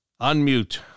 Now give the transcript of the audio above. Unmute